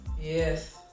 yes